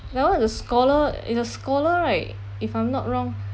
that one is the scholar is a scholar right if I'm not wrong